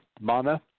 mana